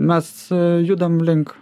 mes judam link